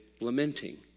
lamenting